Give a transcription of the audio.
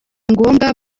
ngombwa